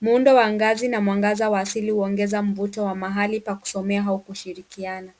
Muundo wa ngazi na mwangaza wa asili huongeza mvuto wa mahali pa kusomea au kushirikiana.